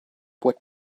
what